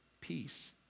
peace